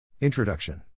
Introduction